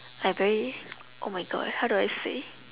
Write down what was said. like very oh my god how do I say